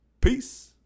Peace